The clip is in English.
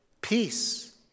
peace